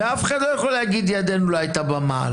ואף אחד לא יכול להגיד: ידינו לא הייתה במעל.